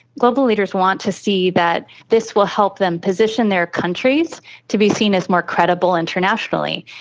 global leaders want to see that this will help them position their countries to be seen as more credible internationally,